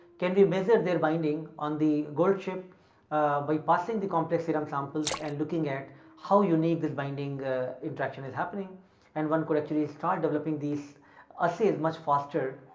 can we measure their binding on the gold chip by passing the complex serum samples and looking at how unique this binding interaction is happening and one could actually start developing these assays much faster.